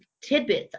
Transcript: tidbits